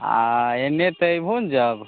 आ एने तऽ अयभो ने जब